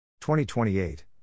20-28